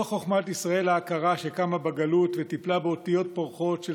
לא 'חוכמת ישראל' העקרה שקמה בגלות וטיפלה באותיות פורחות של